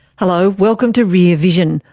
hello, welcome to rear vision.